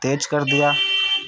تیز کر دیا